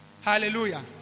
Hallelujah